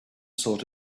sort